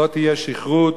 לא תהיה שכרות,